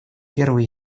первый